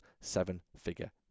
seven-figure